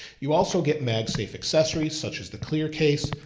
you also get magsafe accessories, such as the clear case.